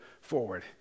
forward